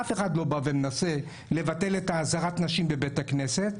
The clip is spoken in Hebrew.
אף אחד לא בא ומנסה לבטל את עזרת הנשים בבית הכנסת.